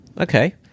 Okay